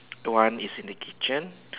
one is in the kitchen